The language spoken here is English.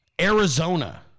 Arizona